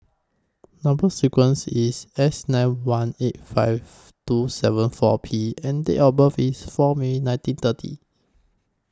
Number sequence IS S nine one eight five two seven four P and Date of birth IS four May one thousand nine hundred and thirty